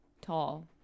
tall